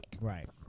Right